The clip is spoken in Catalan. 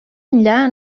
enllà